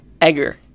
egger